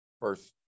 first